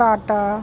Tata